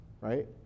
right